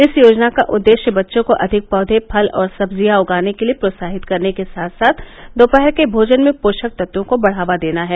इस योजना का उद्देश्य बच्चों को अधिक पौधे फल और सब्जियां उगाने के लिए प्रोत्साहित करने के साथ साथ दोपहर के भोजन में पोषक तत्वों को बढ़ावा देना है